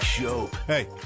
Hey